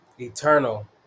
eternal